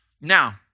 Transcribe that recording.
Now